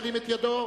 ירים את ידו.